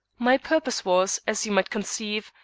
my purpose was, as you may conceive,